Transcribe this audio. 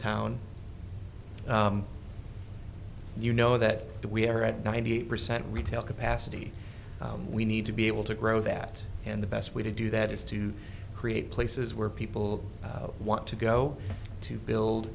town you know that we are at ninety eight percent retail capacity we need to be able to grow that and the best way to do that is to create places where people want to go to build